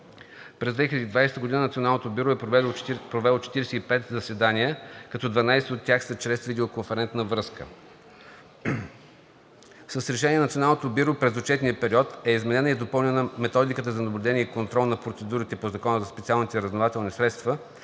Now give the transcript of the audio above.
През 2020 г. националното бюро е провело 45 заседания, като 12 от тях са чрез видеоконферентна връзка. С решение на Националното бюро през отчетния период е изменена и допълнена методиката за наблюдение и контрол на процедурите по Закона за специалните разузнавателни средства